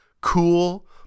cool